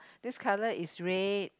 this colour is red